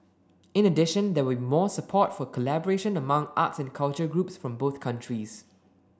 in addition there will be more support for collaboration among arts and culture groups from both countries